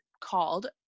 called